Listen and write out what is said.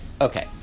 okay